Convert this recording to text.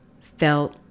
felt